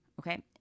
okay